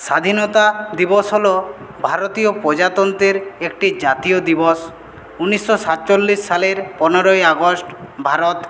স্বাধীনতা দিবস হল ভারতীয় প্রজাতন্ত্রের একটি জাতীয় দিবস উনিশশো সাতচল্লিশ সালের পনেরোই আগস্ট ভারত